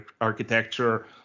architecture